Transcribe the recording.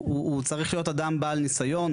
הוא צריך להיות אדם בעל ניסיון.